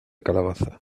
calabaza